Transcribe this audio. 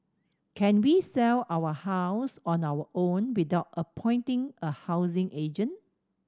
can we sell our house on our own without appointing a housing agent